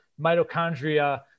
mitochondria